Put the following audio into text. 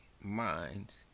minds